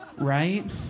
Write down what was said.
Right